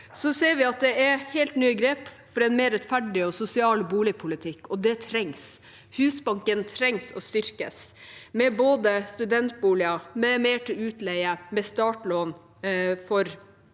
Så ser vi at det er helt nye grep for en mer rettferdig og sosial boligpolitikk, og det trengs. Husbanken trenger å styrkes med studentboliger, med mer til utleie og med startlån for dem